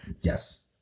Yes